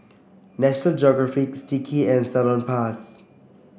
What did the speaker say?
National Geographices Sticky and Salonpas